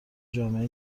جامعه